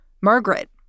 Margaret